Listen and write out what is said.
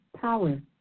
power